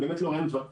לא רואים דברים כאלה,